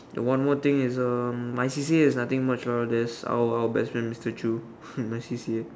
then one more thing is uh my C_C_A is nothing much lah there's our our bestfriend mister chew my C_C_A